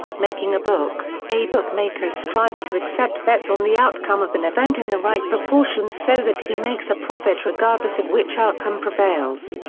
making a book a bookmaker strives to accept bets on the outcome of an event in the right proportions so that he makes a profit regardless of which outcome prevails.